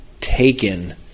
taken